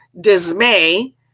dismay